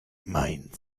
mein